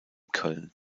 köln